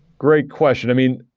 great question. i mean,